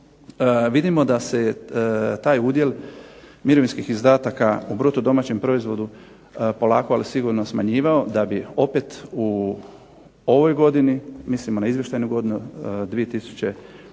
vidimo da se taj udjel mirovinskih izdataka u bruto domaćem proizvodu polako ali sigurno smanjivao da bi opet u ovoj godini, mislimo na izvještajnu godinu 2009.